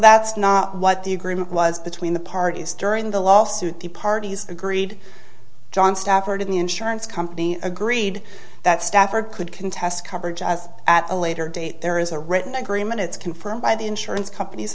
that's not what the agreement was between the parties during the lawsuit the parties agreed john stafford of the insurance company agreed that stafford could contest coverage as at a later date there is a written agreement it's confirmed by the insurance compan